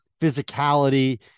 physicality